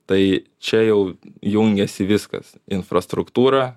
tai čia jau jungiasi viskas infrastruktūra